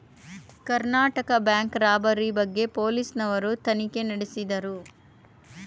Karnataka bank robbery ಬಗ್ಗೆ police ನವರು ತನಿಖೆ ನಡೆಸಿದರು